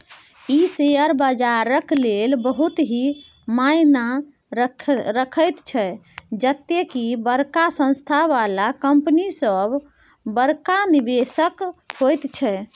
ई share बजारक लेल बहुत ही मायना रखैत छै जते की बड़का संस्था बला कंपनी सब बड़का निवेशक होइत छै